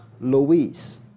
Louise